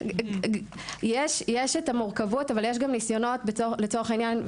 יש את המורכבות אבל יש גם ניסיונות לצורך העניין,